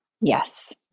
yes